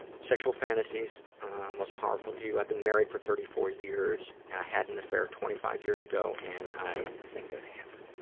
sexual fantasies most powerful to you. i've been married for thirty four years and i had an affair twenty five years ago, and i think of him.